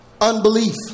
unbelief